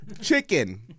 chicken